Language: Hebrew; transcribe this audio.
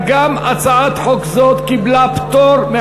נתקבלה.